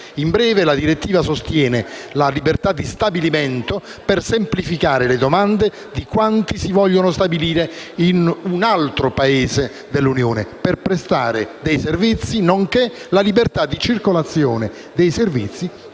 In breve, la direttiva sostiene la libertà di stabilimento per semplificare le domande di quanti si vogliono stabilire in un altro Paese dell'Unione per prestare dei servizi, nonché la libertà di circolazione dei servizi